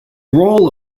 role